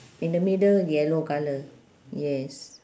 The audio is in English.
in the middle yellow colour yes